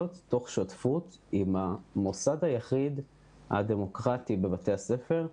תוך שותפות עם המוסד היחיד הדמוקרטי בבתי הספר,